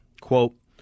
quote